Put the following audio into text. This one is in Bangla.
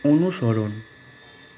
অনুসরণ